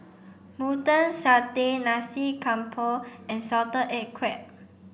mutton satay Nasi Campur and salted egg crab